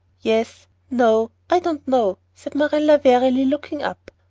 yes no i don't know, said marilla wearily, looking up.